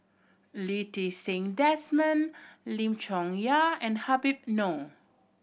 Lee Ti Seng Desmond Lim Chong Yah and Habib Noh